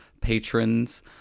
patrons